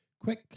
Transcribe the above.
Quick